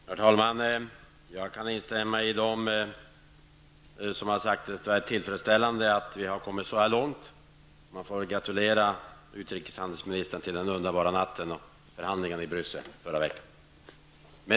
Herr talman! Jag kan instämma i att det är tillfredsställande att vi har kommit så här långt. Man får gratulera utrikeshandelsministern till den underbara natten och förhandlingarna i Bryssel förra veckan.